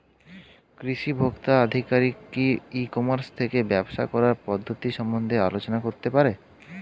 কৃষি ভোক্তা আধিকারিক কি ই কর্মাস থেকে ব্যবসা করার পদ্ধতি সম্বন্ধে আলোচনা করতে পারে?